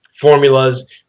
formulas